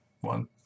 one